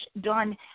done